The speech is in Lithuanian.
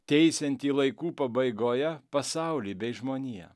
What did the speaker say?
teisiantį laikų pabaigoje pasaulį bei žmoniją